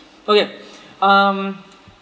okay um